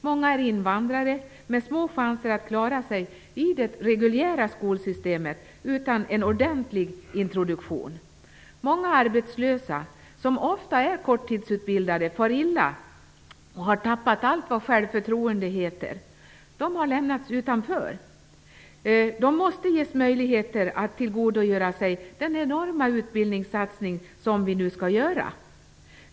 Många är invandrare med små chanser att klara sig i det reguljära skolsystemet utan en ordentlig introduktion. Många arbetslösa, som ofta är korttidsutbildade, far illa och har tappat allt vad självförtroende heter. De har lämnats utanför. De måste ges möjligheter att tillgodogöra sig den enorma utbildningssatsning som vi nu skall göra.